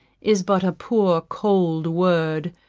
is but a poor cold word.